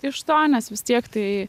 iš to nes vis tiek tai